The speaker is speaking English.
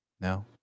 No